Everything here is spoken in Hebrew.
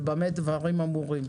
ובמה דברים אמורים?